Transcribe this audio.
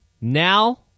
Now